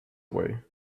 away